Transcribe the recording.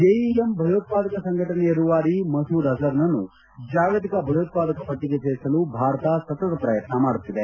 JEM ಭಯೋತ್ವಾದಕ ಸಂಘಟನೆಯ ರೂವಾರಿ ಮಸೂದ್ ಅಜರ್ನನ್ನು ಜಾಗತಿಕ ಭಯೋತ್ವಾದಕ ಪಟ್ಟಗೆ ಸೇರಿಸಲು ಭಾರತ ಸತತ ಪ್ರಯತ್ನ ಮಾಡುತ್ತಿದೆ